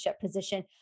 position